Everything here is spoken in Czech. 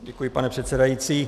Děkuji, pane předsedající.